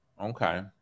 Okay